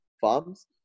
farms